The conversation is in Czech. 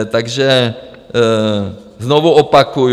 Takže znovu opakuju...